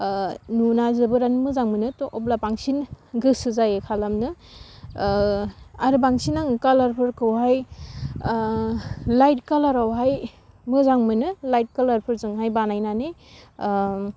नुना जोबोरानो मोजां मोनो थ' अब्ला बांसिन गोसो जायो खालामनो आर बांसिन आं कालारफोरखौहाय लाइट कालारावहाय मोजां मोनो लाइट कालारफोरजोंहाय बानायनानै